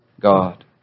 God